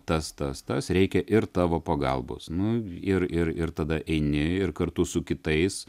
tas tas tas reikia ir tavo pagalbos nu ir ir ir tada eini ir kartu su kitais